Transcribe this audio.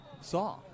saw